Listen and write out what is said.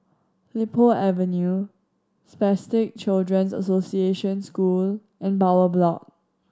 Li Po Avenue Spastic Children's Association School and Bowyer Block